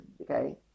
okay